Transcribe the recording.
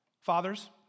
Fathers